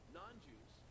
non-Jews